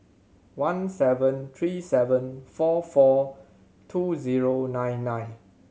one seven three seven four four two zero nine nine